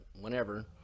whenever